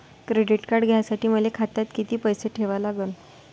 Credit card घ्यासाठी मले खात्यात किती पैसे ठेवा लागन?